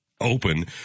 open